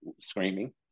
screaming